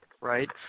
right